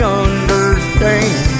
understand